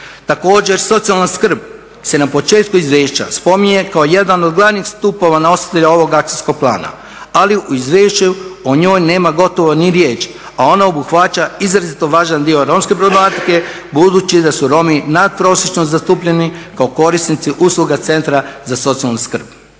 Također, socijalna skrb se na početku izvješća spominje kao jedan od glavnih stupova nositelja ovog akcijskog plana, ali u izvješću o njoj nema gotovo ni riječi, a ona obuhvaća izrazito važan dio romske problematike budući da su Romi nadprosječno zastupljeni kao korisnici usluga Centra za socijalnu skrb.